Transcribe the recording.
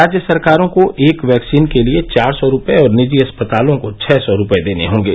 राज्य सरकारों को एक वैक्सीन के लिए चार सौ रूपये और निजी अस्पतालों को छह सौ रूपये देने होंगे